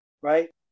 Right